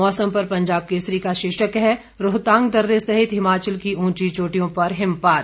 मौसम पर पंजाब केसरी का शीर्षक है रोहतांग दर्रे सहित हिमाचल की ऊंची चोटियों में हिमपात